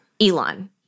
Elon